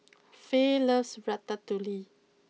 Fay loves Ratatouille